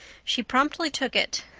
she promptly took it,